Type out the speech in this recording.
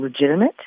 legitimate